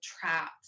trapped